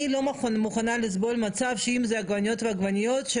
אני לא מוכנה לסבול מצב שאם זה עגבניות ועגבניות,